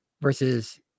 versus